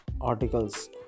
articles